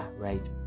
right